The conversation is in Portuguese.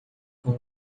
com